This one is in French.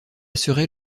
serait